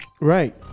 Right